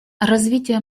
развитие